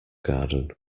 garden